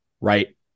right